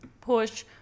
push